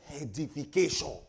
Edification